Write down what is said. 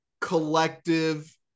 collective